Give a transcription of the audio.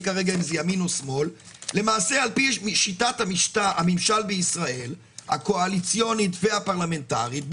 כרגע ימין או שמאל - לפי שיטת הממשל בישראל הקואליציונית והפרלמנטרית,